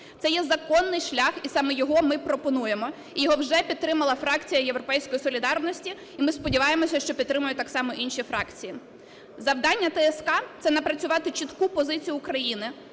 Це є законний шлях, і саме його ми пропонуємо. І його вже підтримала фракція "Європейської солідарності", і ми сподіваємося, що підтримають так само інші фракції. Завдання ТСК – це напрацювати чітку позицію України,